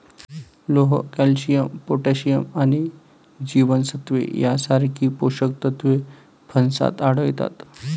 लोह, calcium, potassium आणि जीवनसत्त्वे यांसारखी पोषक तत्वे फणसात आढळतात